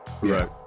Right